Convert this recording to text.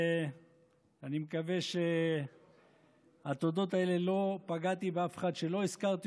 אני מקווה שבתודות האלה לא פגעתי באף אחד שלא הזכרתי.